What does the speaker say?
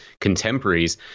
contemporaries